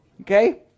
Okay